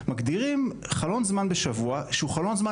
מגדירים חלון זמן בשבוע שהוא חלון זמן,